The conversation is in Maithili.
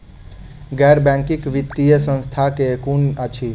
गैर बैंकिंग वित्तीय संस्था केँ कुन अछि?